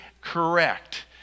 correct